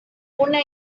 una